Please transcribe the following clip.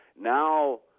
Now